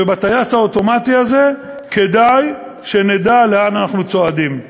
ובטייס האוטומטי הזה כדאי שנדע לאן אנחנו צועדים.